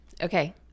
Okay